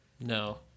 No